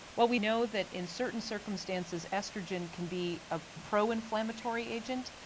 well we know that in certain circumstances oestrogen can be a pro-inflammatory agent.